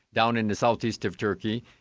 down in the south-east of turkey,